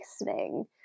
listening